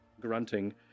grunting